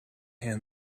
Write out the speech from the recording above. hand